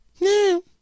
No